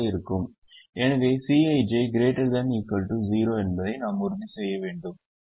எனவே Cij ≥ 0 என்பதை நாம் உறுதி செய்ய வேண்டும்